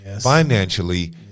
financially